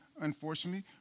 unfortunately